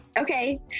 Okay